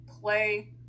play